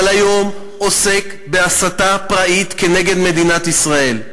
אבל היום עוסק בהסתה פראית כנגד מדינת ישראל,